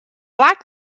like